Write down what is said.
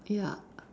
ya